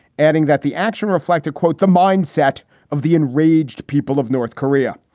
adding that the action reflected, quote, the mindset of the enraged people of north korea.